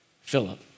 Philip